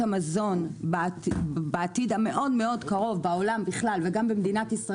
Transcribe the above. וכמי שמאמינה שעתודות המזון בעתיד הקרוב מאוד בעולם בכלל,